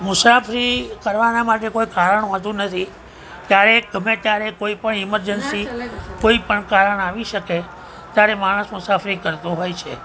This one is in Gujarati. મુસાફરી કરવાના માટે કોઈ કારણ હોતું નથી ક્યારેક ગમે ત્યારે કોઈ પણ ઇમરજન્સી કોઈ પણ કારણ આવી શકે ત્યારે માણસ મુસાફરી કરતો હોય છે